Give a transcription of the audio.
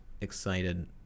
excited